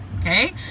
okay